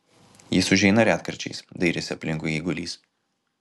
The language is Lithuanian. jis užeina retkarčiais dairėsi aplinkui eigulys